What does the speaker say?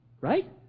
right